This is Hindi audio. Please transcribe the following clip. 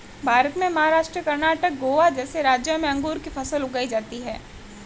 भारत में महाराष्ट्र, कर्णाटक, गोवा जैसे राज्यों में अंगूर की फसल उगाई जाती हैं